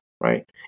right